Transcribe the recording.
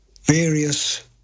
various